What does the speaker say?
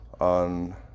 on